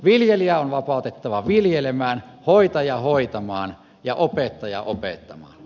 viljelijä on vapautettava viljelemään hoitaja hoitamaan ja opettaja opettamaan